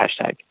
hashtag